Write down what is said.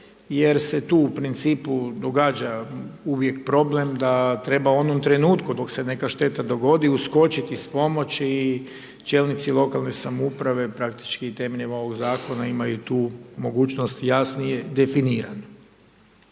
jer se tu u principu događa uvijek problem da treba u onom trenutku dok se neka šteta dogodi uskočiti s pomoći i čelnici lokalne samouprave praktički temeljem ovog zakona imaju tu mogućnost jasnije definiranu.